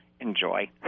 enjoy